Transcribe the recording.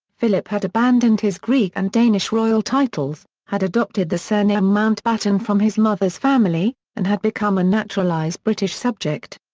philip had abandoned his greek and danish royal titles, had adopted the surname mountbatten from his mother's family, and had become a naturalised british subject.